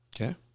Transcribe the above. Okay